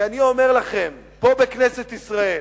כי אני אומר לכם, פה בכנסת ישראל,